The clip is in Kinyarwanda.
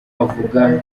avuga